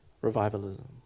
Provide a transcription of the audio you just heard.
revivalism